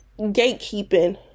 gatekeeping